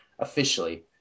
officially